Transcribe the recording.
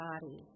body